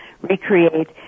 recreate